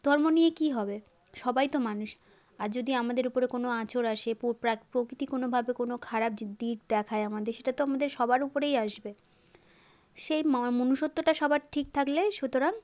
ধর্ম নিয়ে কী হবে সবাই তো মানুষ আজ যদি আমাদের উপরে কোনো আঁচড় আসে প্রকৃতি কোনোভাবে কোনো খারাপ যে দিক দেখায় আমাদের সেটা তো আমাদের সবার উপরেই আসবে সেই মনুষ্যত্বটা সবার ঠিক থাকলে সুতরাং